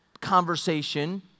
conversation